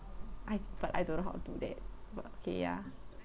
I thought I don't know how do that but okay ya